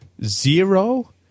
Zero